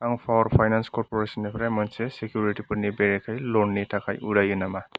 आं पावार फाइनान्स कर्प'रेसननिफ्राय मोनसे सिकिउरिटिफोरनि बेरेखायै ल'ननि थाखाय उदायो नामा